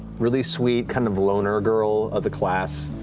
really sweet kind of loner girl of the class,